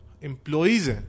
Employees